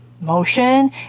motion